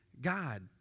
God